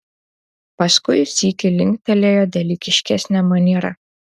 paskui sykį linktelėjo dalykiškesne maniera